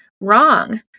wrong